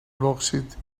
dioxide